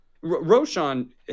Roshan